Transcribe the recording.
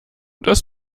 das